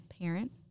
parent